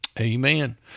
Amen